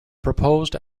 proposed